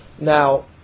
Now